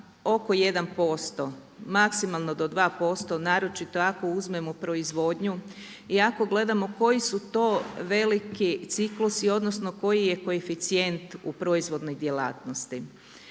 oko 1%, maksimalno do 2% naročito ako uzmemo proizvodnju i ako gledamo koji su to veliki ciklusi odnosno koji je koeficijent u proizvodnoj djelatnosti.